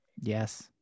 Yes